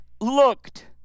looked